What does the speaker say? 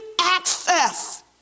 access